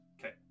Okay